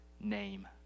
name